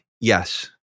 Yes